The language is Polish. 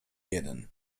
jeden